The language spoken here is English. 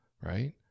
right